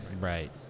Right